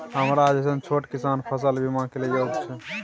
हमरा जैसन छोट किसान फसल बीमा के लिए योग्य छै?